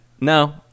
No